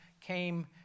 came